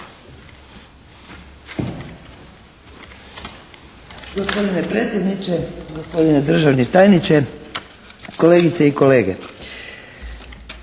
Gospodine predsjedniče, gospodine državni tajniče, kolegice i kolege.